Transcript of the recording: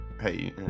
hey